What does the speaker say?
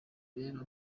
rero